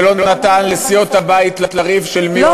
ולא נתן לסיעות הבית לריב של מי הוא,